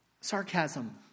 sarcasm